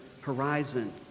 horizon